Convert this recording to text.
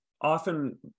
often